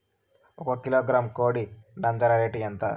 ఒక కిలోగ్రాము కోడి నంజర రేటు ఎంత?